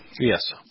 Yes